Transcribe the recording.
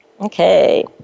Okay